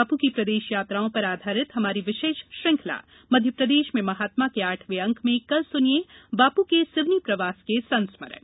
बापू की प्रदेश यात्राओं पर आधारित हमारी विशेष श्रृंखला मध्यप्रदेश में महात्मा के आठवें अंक में कल सुनिये बापू के सिवनी प्रवास के संस्मरण